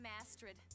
Astrid